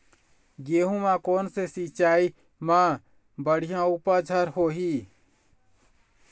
गेहूं म कोन से सिचाई म बड़िया उपज हर होही?